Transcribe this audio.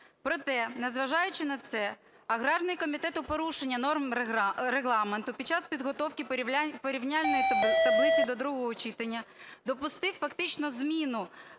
Проте, незважаючи на це, аграрний комітет у порушення норм Регламенту під час підготовки порівняльної таблиці до другого читання допустив фактично зміну